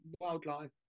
wildlife